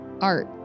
art